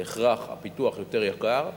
בהכרח הפיתוח יותר יקר,